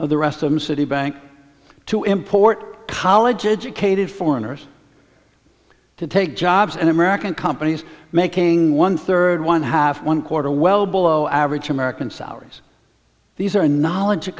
of the rest of citibank to import college educated foreigners to take jobs and american companies making one third one half one quarter well below average american salaries these are knowledge